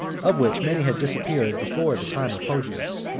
of which many had disappeared before the time of poggius.